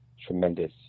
tremendous